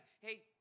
hey